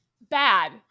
bad